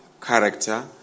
Character